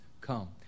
come